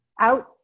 out